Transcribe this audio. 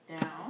Down